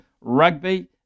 Rugby